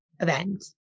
event